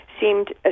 seemed